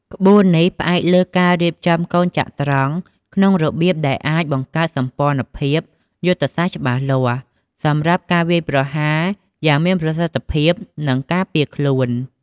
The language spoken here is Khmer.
ក្បួននេះផ្អែកលើការរៀបចំកូនចត្រង្គក្នុងរបៀបដែលអាចបង្កើតសម្ព័ន្ធភាពយុទ្ធសាស្ត្រច្បាស់លាស់ សម្រាប់ការវាយប្រហារយ៉ាងមានប្រសិទ្ធភាព និងការពារខ្លួន។